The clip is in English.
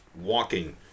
walking